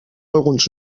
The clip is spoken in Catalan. alguns